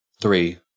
three